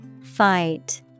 Fight